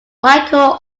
michael